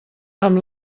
amb